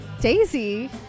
Daisy